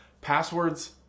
Passwords